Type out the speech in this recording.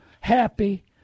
happy